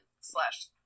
slash